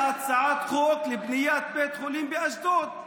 הצעת חוק לבניית בית חולים באשדוד.